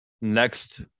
next